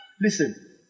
Listen